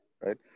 right